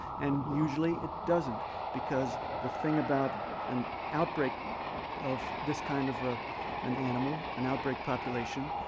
and usually, it doesn't because the thing about an outbreak of this kind of ah an animal, an outbreak population,